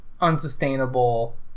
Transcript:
unsustainable